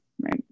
Right